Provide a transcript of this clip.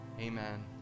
amen